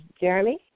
Jeremy